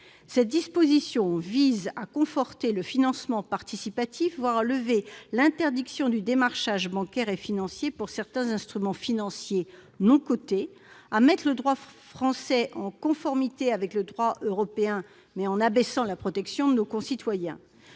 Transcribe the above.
nous débattons vise à conforter le financement participatif, voire à lever l'interdiction du démarchage bancaire et financier pour certains instruments financiers non cotés. Le Gouvernement cherche à mettre le droit français en conformité avec le droit européen, mais en abaissant la protection de nos concitoyens